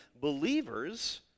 believers